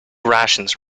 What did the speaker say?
rations